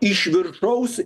iš viršaus